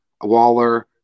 Waller